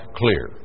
clear